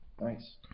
Nice